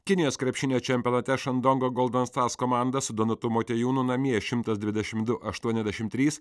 kinijos krepšinio čempionate šandongo golden stas komanda su donatu motiejūnu namie šimtas dvidešim du aštuoniasdešim trys